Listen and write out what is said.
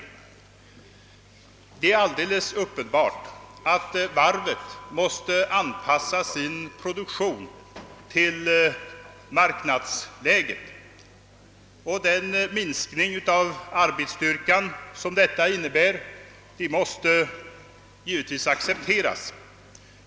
Det är alldeles uppenbart att varvet måste anpassa sin produktion till marknadsläget, och den minskning av arbetsstyrkan som detta innebär måste givetvis accepteras.